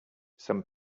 some